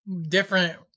different